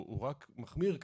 הוא רק מחמיר כרגע.